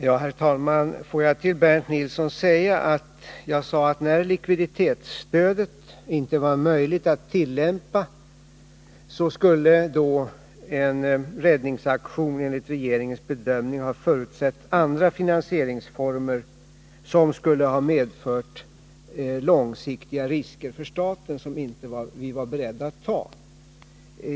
Herr talman! Jag sade, Bernt Nilsson, att när likviditetsstödet inte var möjligt att tillämpa, så skulle en räddningsaktion enligt regeringens bedömning ha förutsatt andra finansieringformer, som skulle ha medfört långsiktiga risker för staten som vi inte var beredda att ta.